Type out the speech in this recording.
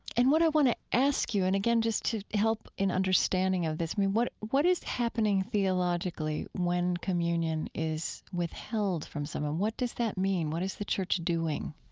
and what i want to ask you and again, just to help in understanding of this i mean, what what is happening theologically when communion is withheld from someone? what does that mean? what is the church doing?